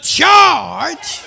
charge